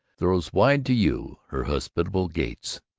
throws wide to you her hospitable gates.